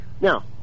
now